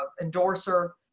endorser